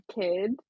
kid